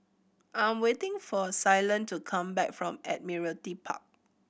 I'm waiting for Ceylon to come back from Admiralty Park